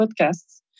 podcasts